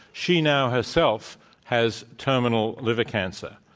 she now herself has terminal liver cancer,